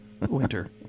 winter